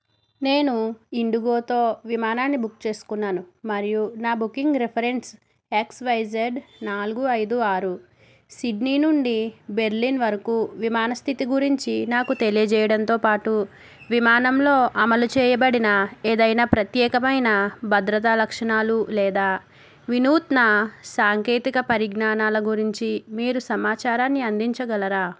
నేను ఇండిగోతో విమానాన్ని బుక్ చేసుకున్నాను మరియు నా booking reference X Y Z నాలుగు ఐదు ఆరు సిడ్నీ నుండి బెర్లిన్ వరకు విమాన స్థితి గురించి నాకు తెలియజేయడంతో పాటు విమానంలో అమలు చేయబడిన ఏదైనా ప్రత్యేకమైన భద్రతా లక్షణాలు లేదా వినూత్న సాంకేతిక పరిజ్ఞానాల గురించి మీరు సమాచారాన్ని అందించగలరా